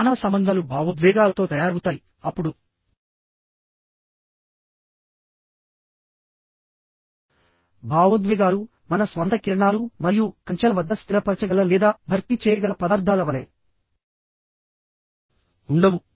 మానవ సంబంధాలు భావోద్వేగాలతో తయారవుతాయి అప్పుడు భావోద్వేగాలు మన స్వంత కిరణాలు మరియు కంచెల వద్ద స్థిరపరచగల లేదా భర్తీ చేయగల పదార్థాల వలె ఉండవు